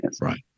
Right